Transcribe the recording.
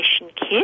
kit